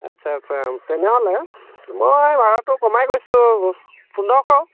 আচ্ছা আচ্ছা তেনেহ'লে মই ভাড়াটো কমাই কৈছোঁ পোন্ধৰশ